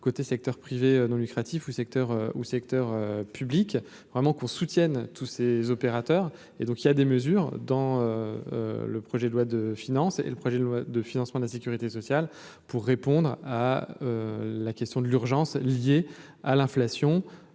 côté secteur privé non lucratif au secteur au secteur public vraiment qu'on soutienne tous ces opérateurs et donc il y a des mesures dans le projet de loi de finances et le projet de loi de financement de la Sécurité sociale pour répondre à la question de l'urgence liée à l'inflation,